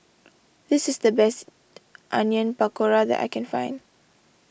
this is the best Onion Pakora that I can find